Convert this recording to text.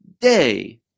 day